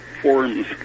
forms